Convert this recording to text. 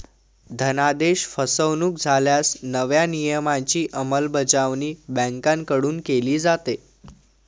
धनादेश फसवणुक झाल्यास नव्या नियमांची अंमलबजावणी बँकांकडून केली जाते